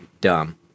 dumb